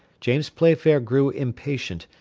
james playfair grew impatient,